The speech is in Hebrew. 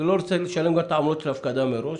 לא רוצה לשלם גם את העמלות של ההפקדה מראש.